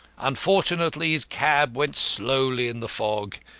unfortunately his cab went slowly in the fog,